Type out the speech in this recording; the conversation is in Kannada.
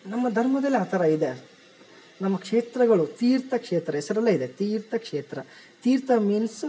ನಮ್ಮ ಧರ್ಮದಲ್ ಆ ಥರ ಇದೆ ನಮ್ಮ ಕ್ಷೇತ್ರಗಳು ತೀರ್ಥಕ್ಷೇತ್ರ ಹೆಸ್ರಲ್ಲೇ ಇದೆ ತೀರ್ಥಕ್ಷೇತ್ರ ತೀರ್ಥ ಮೀನ್ಸ್